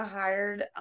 hired